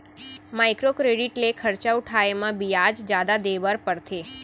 micro credit ले खरजा उठाए म बियाज जादा देबर परथे